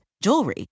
jewelry